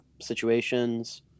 situations